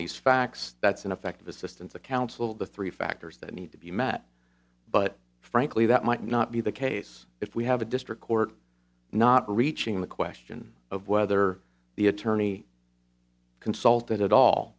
these facts that's ineffective assistance of counsel the three factors that need to be met but frankly that might not be the case if we have a district court not reaching the question of whether the attorney consult it at all